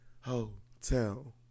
Hotel